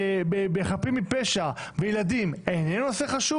ואלימות בחפים מפשע וילדים איננו נושא חשוב?